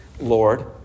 Lord